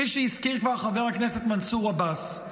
כפי שכבר הזכיר חבר הכנסת מנסור עבאס,